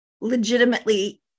legitimately